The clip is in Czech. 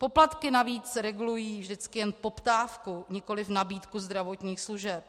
Poplatky navíc regulují vždycky jen poptávku, nikoliv nabídku zdravotních služeb.